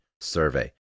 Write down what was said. survey